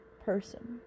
person